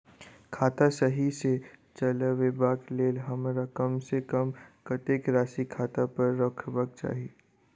खाता सही सँ चलेबाक लेल हमरा कम सँ कम कतेक राशि खाता पर रखबाक चाहि?